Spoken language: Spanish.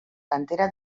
cantera